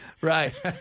Right